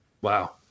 Wow